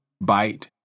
bite